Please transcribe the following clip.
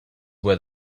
were